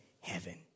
heaven